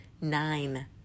nine